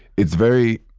it's very,